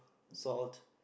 salt